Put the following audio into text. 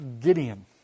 Gideon